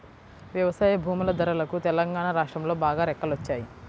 వ్యవసాయ భూముల ధరలకు తెలంగాణా రాష్ట్రంలో బాగా రెక్కలొచ్చాయి